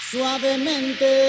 Suavemente